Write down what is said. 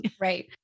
Right